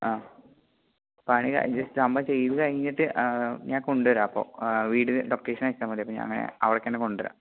ആ പണി അത് ജസ്റ്റ് നമ്മൾ ചെയ്തു കയിഞ്ഞിട്ട് ഞാൻ കൊണ്ടുവരാമപ്പോൾ വീടിന്റെ ലൊക്കേഷനയച്ചാൽ മതി അപ്പോൾ ഞാനങ്ങനെ അവിടേക്കുതന്നെ കൊണ്ടുവരാം